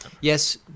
Yes